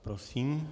Prosím.